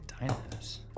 dinosaurs